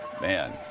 man